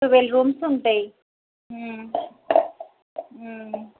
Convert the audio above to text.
twelve rooms ఉంటాయి